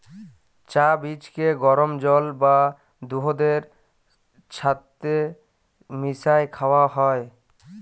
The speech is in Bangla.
চাঁ বীজকে গরম জল বা দুহুদের ছাথে মিশাঁয় খাউয়া হ্যয়